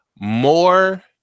more